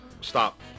Stop